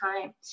time